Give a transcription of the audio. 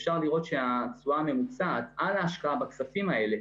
אפשר לראות שהתשואה הממוצעת על ההשקעה בכספים האלה,